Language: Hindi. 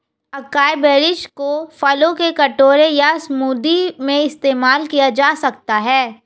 अकाई बेरीज को फलों के कटोरे या स्मूदी में इस्तेमाल किया जा सकता है